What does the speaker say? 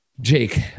Jake